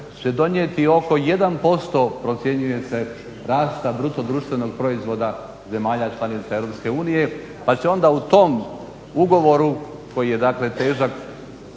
će donijeti oko 1%, procjenjuje se rasta BDP-a zemalja članica EU, pa će onda u tom ugovoru koji je dakle težak